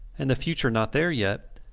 and the future not there yet,